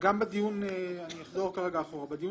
הם יוכלו לפעול בצורה